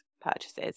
purchases